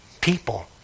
people